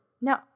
No